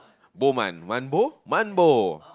bo mun mun bo mun bo